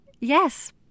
Yes